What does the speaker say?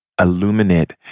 illuminate